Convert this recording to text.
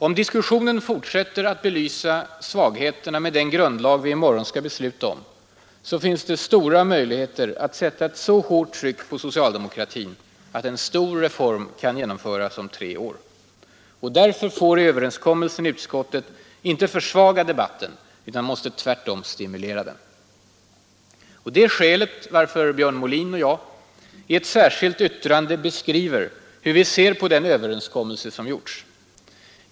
Om diskussionen fortsätter att belysa svagheterna med den grundlag vi i morgon skall besluta om finns stora möjligheter att sätta ett så hårt tryck på utskottet inte försvaga debatten utan måste tvärtom stimulera den. Detta är skälet till att Björn Molin och jag i ett särskilt yttrande beskriver hur vi ser på den överenskommelse som gjorts.